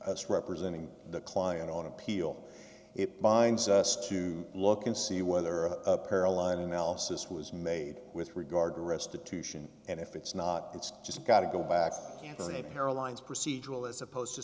us representing the client on appeal it binds us to look and see whether a carolina analysis was made with regard to restitution and if it's not it's just got to go back and say para lines procedural as opposed to